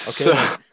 Okay